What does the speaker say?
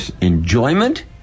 enjoyment